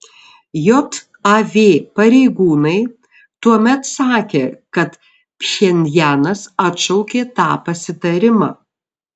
jav pareigūnai tuomet sakė kad pchenjanas atšaukė tą pasitarimą